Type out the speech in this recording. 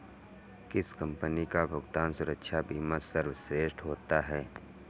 किस कंपनी का भुगतान सुरक्षा बीमा सर्वश्रेष्ठ होता है?